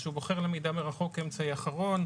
שהוא בוחר למידה מרחוק כאמצעי אחרון,